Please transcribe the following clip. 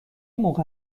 موقع